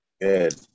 Good